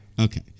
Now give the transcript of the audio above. Okay